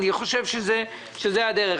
אני חושב שזו הדרך.